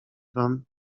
wam